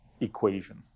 equation